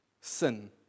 sin